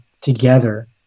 together